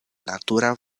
natura